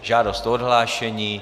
Žádost o odhlášení.